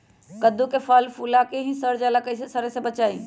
कददु के फूल फुला के ही सर जाला कइसे सरी से बचाई?